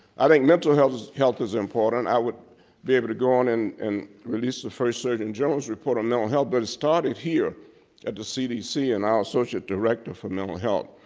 i think mental health is health is important, i would be able to go on and and release the first surgeon general's report on mental health but it started here at the cdc and our associate director for mental health.